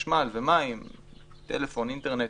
חשמל, מים, טלפון, אינטרנט